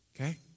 Okay